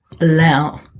allow